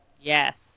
Yes